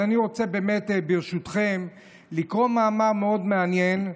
אבל אני רוצה ברשותכם לקרוא מאמר מאוד מעניין,